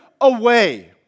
away